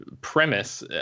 premise